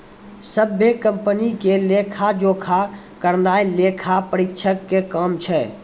सभ्भे कंपनी के लेखा जोखा करनाय लेखा परीक्षक के काम छै